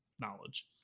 knowledge